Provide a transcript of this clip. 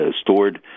stored